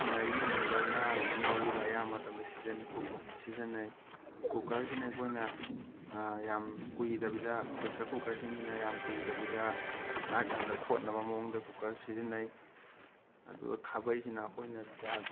ꯉꯥꯔꯤꯒꯨꯝꯕ ꯉꯥꯒꯨꯝꯕ ꯉꯧꯕꯗ ꯑꯌꯥꯝꯕ ꯃꯇꯝꯗ ꯁꯤꯖꯟꯅ ꯁꯤꯖꯟꯅꯩ ꯀꯨꯀꯔꯁꯤꯅ ꯑꯩꯈꯣꯏꯅ ꯌꯥꯝ ꯀꯨꯏꯗꯕꯤꯗ ꯄ꯭ꯔꯦꯁꯔ ꯀꯨꯀꯔꯁꯤꯡꯁꯤꯅ ꯌꯥꯝ ꯀꯨꯏꯗꯕꯤꯗ ꯆꯥꯛ ꯌꯥꯝꯅ ꯊꯣꯠꯅꯕꯗ ꯃꯑꯣꯡꯗ ꯀꯨꯀꯔ ꯁꯤꯖꯤꯟꯅꯩ ꯑꯗꯨꯒ ꯈꯥꯕꯩꯁꯤꯅ ꯑꯩꯈꯣꯏꯅ ꯆꯥꯛ